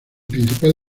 principal